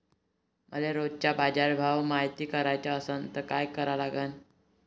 मले रोजचा बाजारभव मायती कराचा असन त काय करा लागन?